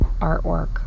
artwork